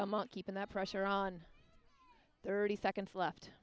a month keeping that pressure on thirty seconds left